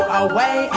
away